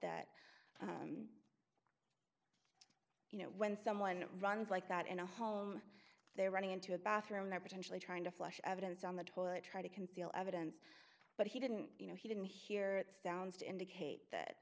that you know when someone runs like that in a home they're running into a bathroom that potentially trying to flush evidence on the toilet trying to conceal evidence but he didn't you know he didn't hear it sounds to indicate that